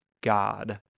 God